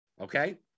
okay